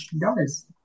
guys